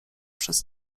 przez